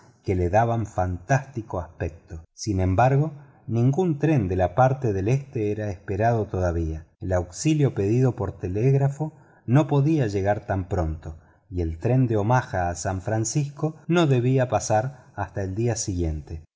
que le daban fantástico aspecto sin embargo ningún tren de la parte del este era esperado todavía el auxilio pedido por teléfono no podía llegar tan pronto y el tren de omaba a san francisco no debía pasar hasta el día siguiente